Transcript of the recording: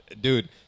dude